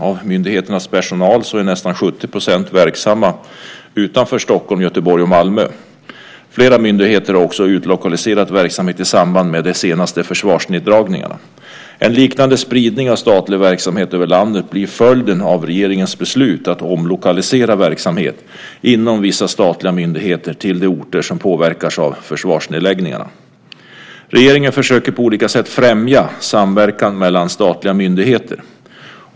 Av myndigheternas personal är nästan 70 % verksamma utanför Stockholm, Göteborg och Malmö. Flera myndigheter har också utlokaliserat verksamhet i samband med de senaste förvarsneddragningarna. En liknande spridning av statlig verksamhet över landet blir följden av regeringens beslut att omlokalisera verksamhet inom vissa statliga myndigheter till de orter som påverkas av försvarsnedläggningarna. Regeringen försöker på olika sätt främja samverkan mellan statliga myndigheter.